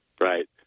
right